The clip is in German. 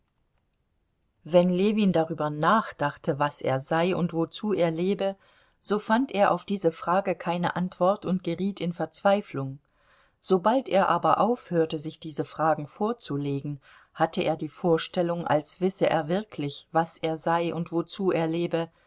wenn ljewin darüber nachdachte was er sei und wozu er lebe so fand er auf diese fragen keine antwort und geriet in verzweiflung sobald er aber aufhörte sich diese fragen vorzulegen hatte er die vorstellung als wisse er wirklich was er sei und wozu er lebe